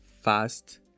fast